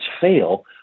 fail